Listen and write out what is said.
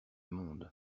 monde